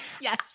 Yes